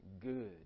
good